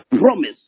promise